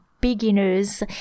beginners